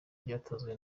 byatanzwe